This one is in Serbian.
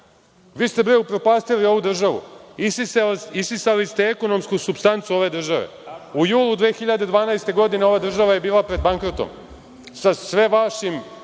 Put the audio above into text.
vi? Vi ste upropastili ovu državu. Isisali ste ekonomsku supstancu ove države. U julu 2012. godine ova država je bila pred bankrotom, sa sve vašim